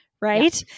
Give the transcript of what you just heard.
Right